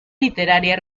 literaria